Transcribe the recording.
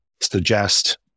suggest